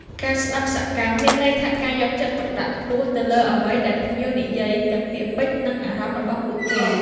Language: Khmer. ការស្តាប់សកម្មមានន័យថាការយកចិត្តទុកដាក់ខ្ពស់ទៅលើអ្វីដែលភ្ញៀវនិយាយ ទាំងពាក្យពេចន៍ និងអារម្មណ៍របស់ពួកគេ។